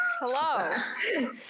Hello